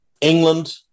England